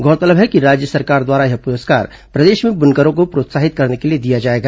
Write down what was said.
गौरतलब है कि राज्य सरकार द्वारा यह पुरस्कार प्रदेश में बुनकरों को प्रोत्साहित करने के लिए दिया जाएगा